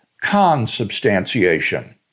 consubstantiation